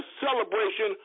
celebration